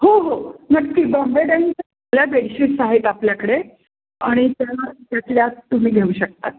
हो हो नक्की बाॅम्बे डाईंगच्या सगळ्या बेडशीट्स आहेत आपल्याकडे आणि त्या त्यातल्या तुम्ही घेऊ शकतात